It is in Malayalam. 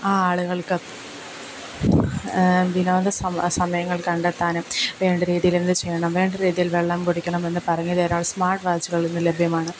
ആ ആളുകൾക്ക് അത് വിനോദസമ സമയങ്ങൾ കണ്ടെത്താനും വേണ്ടരീതിയിൽ എന്ത് ചെയ്യണം വേണ്ടരീതിയിൽ വെള്ളം കുടിക്കണമെന്ന് പറഞ്ഞുതരാൻ സ്മാർട്ട് വാച്ചുകൾ ഇന്ന് ലഭ്യമാണ്